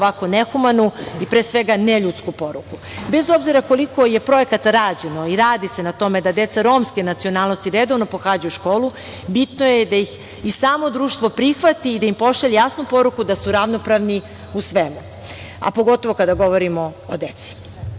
ovako nehumanu i pre svega neljudsku poruku. Bez obzira koliko je projekat rađen i radi se na tome da deca romske nacionalnosti redovno pohađaju školu bitno je da ih i samo društvo prihvati i da im pošalje jasnu poruku da su ravnopravni u svemu, a pogotovo kada govorimo o deci. Želim